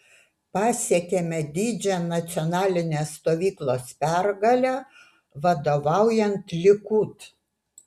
pasiekėme didžią nacionalinės stovyklos pergalę vadovaujant likud